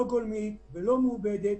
לא גולמית ולא מעובדת,